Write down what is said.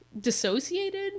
dissociated